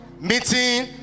Meeting